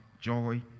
joy